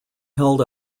held